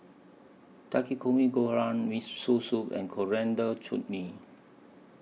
Takikomi Gohan Miso Soup and Coriander Chutney